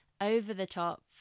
over-the-top